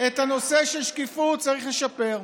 את הנושא של שקיפות צריך לשפר.